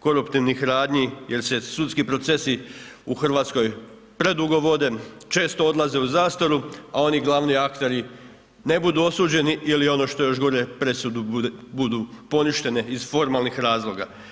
koruptivnih radnji jer se sudski procesi u Hrvatskoj predugo vode, često odlaze u zastaru a oni glavni akteri ne budu osuđeni ili ono što je još gore presude budu poništene iz formalnih razloga.